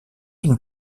une